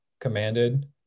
commanded